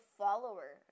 follower